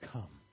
Come